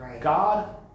God